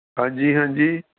ਹਾਂਜੀ ਹਾਂਜੀ